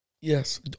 Yes